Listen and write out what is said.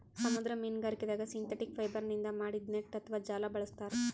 ಸಮುದ್ರ ಮೀನ್ಗಾರಿಕೆದಾಗ್ ಸಿಂಥೆಟಿಕ್ ಫೈಬರ್ನಿಂದ್ ಮಾಡಿದ್ದ್ ನೆಟ್ಟ್ ಅಥವಾ ಜಾಲ ಬಳಸ್ತಾರ್